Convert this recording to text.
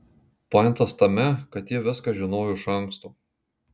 pointas tame kad ji viską žinojo iš anksto